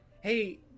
Hey